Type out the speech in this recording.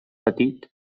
petit